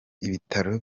ibitaro